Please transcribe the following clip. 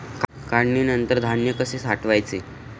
काढणीनंतर धान्य कसे साठवायचे?